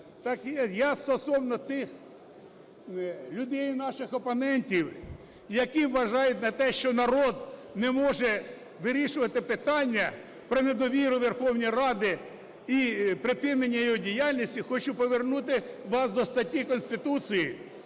Я стосовно тих людей наших опонентів, які вважають, що народ не може вирішувати питання про недовіру Верховній Раді і припинення її діяльності. Хочу повернути вас до статті Конституції,